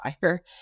fire